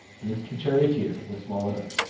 and his charioteer were swallowed up.